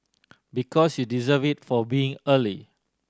because you deserve it for being early